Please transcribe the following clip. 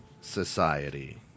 Society